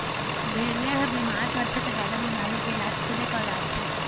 भेड़िया ह बिमार परथे त जादा बिमारी के इलाज खुदे कर डारथे